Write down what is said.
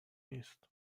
نیست